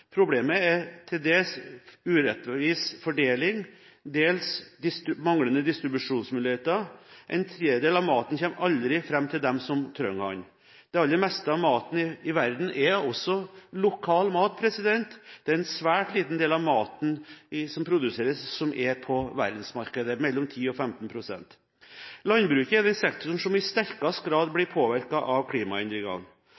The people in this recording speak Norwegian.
Problemet er dels urettvis fordeling, dels manglende distribusjonsmuligheter. En tredjedel av maten kommer aldri fram til dem som trenger den. Det aller meste av maten i verden er lokal mat. En svært liten del av maten som produseres, er på verdensmarkedet – mellom 10 pst. og 15 pst. Landbruket er den sektoren som i sterkest grad